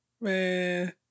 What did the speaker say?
Man